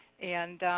and